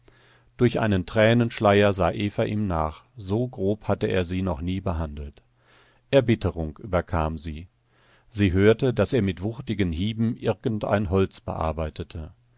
durch einen tränenschleier sah eva ihm nach so grob hatte er sie noch nie behandelt erbitterung überkam sie sie hörte daß er mit wuchtigen hieben irgendein holz bearbeitete